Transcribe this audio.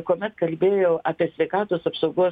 kuomet kalbėjau apie sveikatos apsaugos